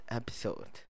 episode